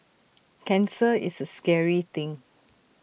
cancer is A scary thing